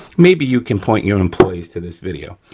maybe you can point your employees to this video.